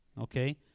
okay